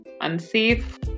unsafe